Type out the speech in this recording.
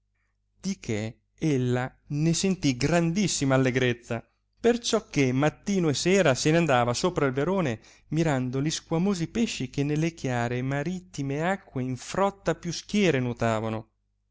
di che ella ne sentì grandissima allegrezza perciò che mattino e sera se ne andava sopra il verone mirando li squamosi pesci che nelle chiare e maritime acque in frotta a più schiere nuotavano